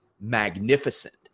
Magnificent